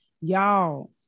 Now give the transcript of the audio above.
y'all